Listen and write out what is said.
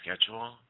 schedule